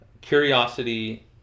curiosity